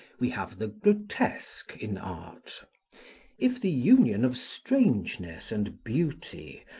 we have the grotesque in art if the union of strangeness and beauty,